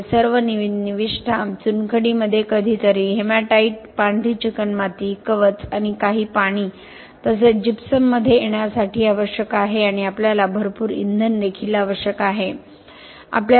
तर हे सर्व निविष्ठा चुनखडीमध्ये कधीतरी हेमॅटाइट पांढरी चिकणमाती कवच आणि काही पाणी तसेच जिप्सममध्ये येण्यासाठी आवश्यक आहे आणि आपल्याला भरपूर इंधन देखील आवश्यक आहे